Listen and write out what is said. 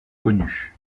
connues